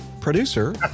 producer